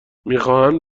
میخواهند